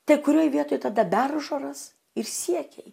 tai kurioj vietoj tada beržoras ir siekiai